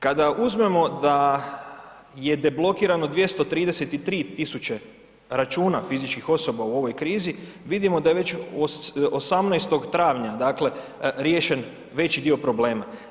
Kada uzmemo da je deblokirano 233.000 računa fizičkih osoba u ovoj krizi vidimo da je 18.travnja riješen veći dio problema.